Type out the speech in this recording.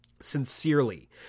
sincerely